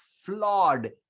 flawed